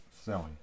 selling